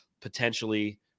potentially